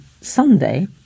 Sunday